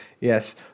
Yes